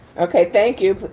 okay, thank you.